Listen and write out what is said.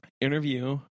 interview